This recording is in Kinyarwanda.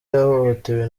yahohotewe